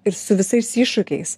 ir su visais iššūkiais